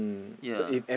ya